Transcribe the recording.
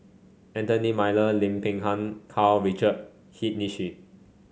Anthony Miller Lim Peng Han Karl Richard Hanitsch